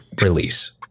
release